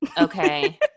okay